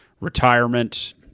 retirement